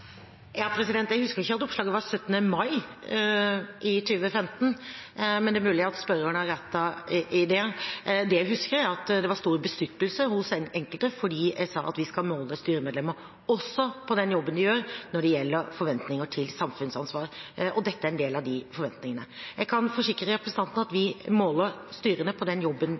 Jeg husker ikke at oppslaget var 17. mai 2015, men det er mulig at spørreren har rett i det. Det jeg husker, er at det var stor bestyrtelse hos enkelte fordi jeg sa at vi skal måle styremedlemmer også på den jobben de gjør når det gjelder forventninger til samfunnsansvar, og dette er en del av de forventningene. Jeg kan forsikre representanten om at vi måler styrene på den jobben